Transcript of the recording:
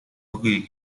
өгье